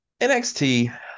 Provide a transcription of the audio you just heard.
NXT